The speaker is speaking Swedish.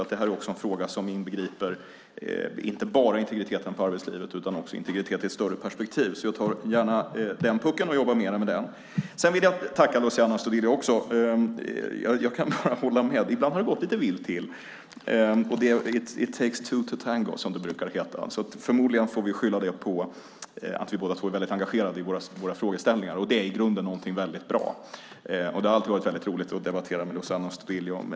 Det är nämligen en fråga som inte bara inbegriper integriteten i arbetslivet utan även integritet i ett större perspektiv. Jag tar gärna den pucken och jobbar mer med den. Sedan vill jag tacka Luciano Astudillo. Jag kan hålla med om att det ibland har gått lite vilt till. It takes two to tango, som det brukar heta. Förmodligen får vi skylla det på att vi båda är väldigt engagerade i våra frågeställningar, och det är i grunden någonting mycket bra. Det har alltid varit roligt att debattera med Luciano Astudillo.